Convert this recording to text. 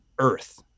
earth